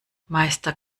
meister